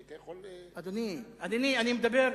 היית יכול, אדוני, אני מדבר: